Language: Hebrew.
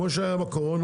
כמו שהיה בקורונה.